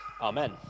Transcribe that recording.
Amen